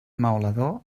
maulador